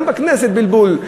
גם בכנסת יש בלבול,